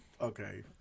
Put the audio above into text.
Okay